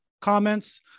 comments